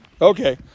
Okay